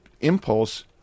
impulse